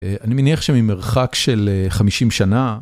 אני מניח שממרחק של חמישים שנה.